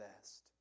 best